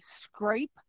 scrape